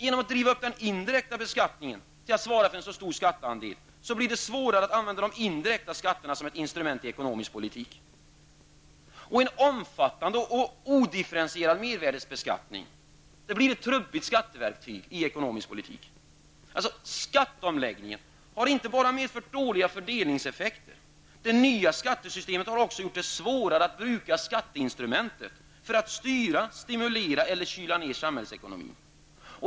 Genom att driva upp den indirekta beskattningen, så att den svarar för en så stor skatteandel blir det svårare att använda de indirekta skatterna som ett instrument i den ekonomiska politiken. En omfattande och odifferentierad mervärdesbeskattning blir ett trubbigt skatteverktyg i den ekonomiska politiken. Skatteomläggningen har alltså inte bara medfört dåliga fördelningseffekter. Det nya skattesystemet har också gjort det svårare att bruka skatteinstrumentet för att styra, stimulera eller kyla ned samhällsekonomin.